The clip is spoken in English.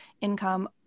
income